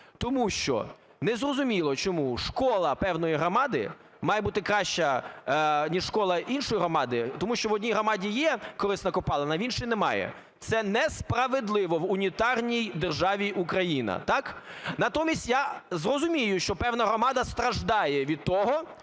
Тому що не зрозуміло, чому школа певної громади має бути краща, ніж школа іншої громади, тому що в одній громаді є корисна копалина, а в іншої – немає. Це несправедливо в унітарній державі Україна, так. Натомість я розумію, що певна громада страждає від того,